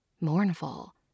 mournful